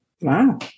Wow